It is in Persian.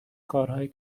کارهایی